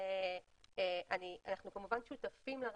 אנחנו שותפים לרצון,